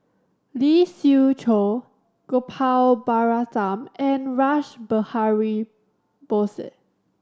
Lee Siew Choh Gopal Baratham and Rash Behari Bose